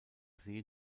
see